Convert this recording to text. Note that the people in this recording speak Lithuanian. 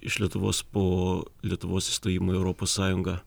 iš lietuvos po lietuvos įstojimo į europos sąjungą